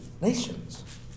Nations